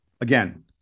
Again